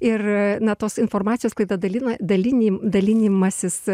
ir na tos informacijos sklaida dalina dalini dalinimasis